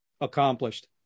accomplished